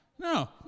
No